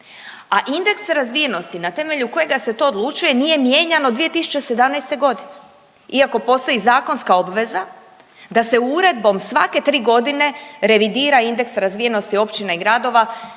A indeks razvijenosti na temelju kojega se to odlučuje nije mijenjan od 2017. godine. Iako postoji zakonska obveza da se uredbom svake 3 godine revidira indeks razvijenosti općina i gradova